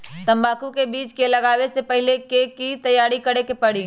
तंबाकू के बीज के लगाबे से पहिले के की तैयारी करे के परी?